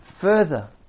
further